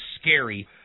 scary